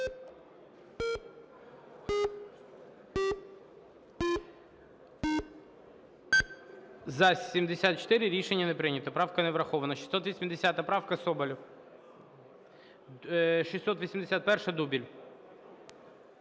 За-74 Рішення не прийнято. Правка не врахована. 680 правка. Соболєв. 681-а, Дубіль.